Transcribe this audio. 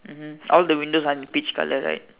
mmhmm all the windows are in peach colour right